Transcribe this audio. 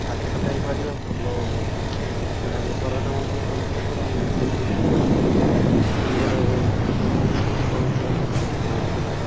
ଖାଦ୍ୟ ଖାଇପାରିବା ଭଲ କୁକୁଡ଼ା ବେପାରଟା ମଧ୍ୟ ଭଲ ହବ ଆଉ ସବୁ କିଛି ସୁନ୍ଦର ରହିବ କେଉଁ ଏତିକି କହୁଛି ଆଜ୍ଞା ହଉ ରଖିଲି